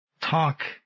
talk